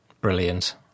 Brilliant